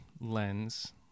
lens